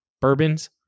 bourbons